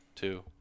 two